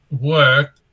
work